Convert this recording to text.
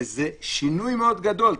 זה שינוי גדול מאוד.